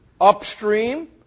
upstream